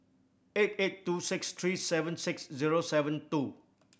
eight eight two six three seven six zero seven two